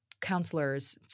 counselors